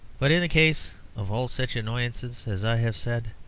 but in the case of all such annoyances, as i have said,